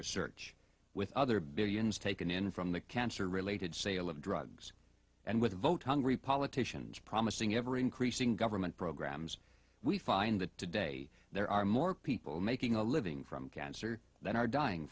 research with other billions taken in from the cancer related sale of drugs and with vote hungry politicians promising ever increasing government programs we find that today there are more people making a living from cancer than are dying